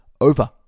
over